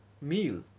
meal